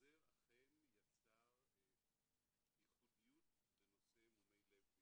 החוזר אכן יצר ייחודיות לנושא מומי לב בילדים.